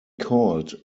called